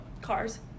Cars